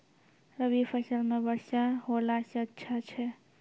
रवी फसल म वर्षा होला से अच्छा छै?